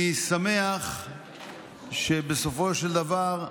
אני שמח שבסופו של דבר,